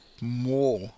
more